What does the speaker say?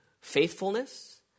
faithfulness